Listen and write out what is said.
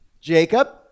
Jacob